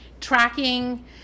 tracking